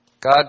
God